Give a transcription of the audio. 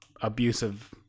abusive